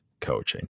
coaching